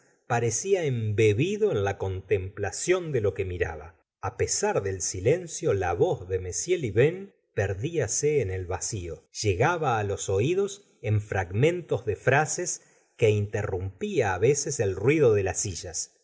parecía embebido en la contemplación de lo que miraba a pesar del silencio la voz de m lieuvain perdíaie en el vacío llegaba los oídos en fragmentos de frases que interrumpía á veces el ruido de las sillas